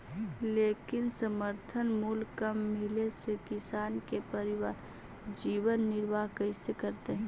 लेकिन समर्थन मूल्य कम मिले से किसान के परिवार जीवन निर्वाह कइसे करतइ?